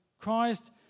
Christ